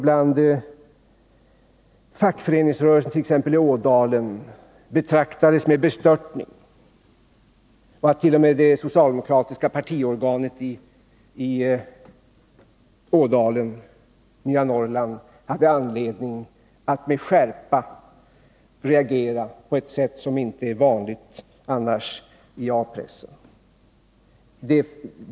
I fackföreningsrörelsen, t.ex. i Ådalen, mottogs det med bestörtning, och t.o.m. det socialdemokratiska partiorganet i Ådalen, Nya Norrland, fick anledning att med skärpa reagera på ett sätt som annars inte är vanligt i A-pressen.